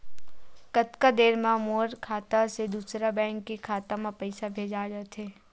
कतका देर मा मोर खाता से दूसरा बैंक के खाता मा पईसा भेजा जाथे?